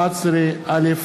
11. א.